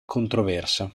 controversa